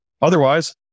Otherwise